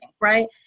right